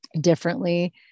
differently